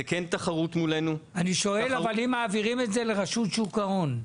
זוהי כן תחרות מולנו --- אבל אם מעבירים את זה לרשות שוק ההון,